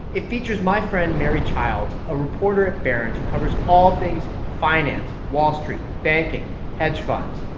it features my friend mary childs, a reporter at barron's who covers all things finance wall street, banking, hedge funds.